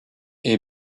est